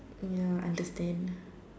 ya understand